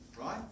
right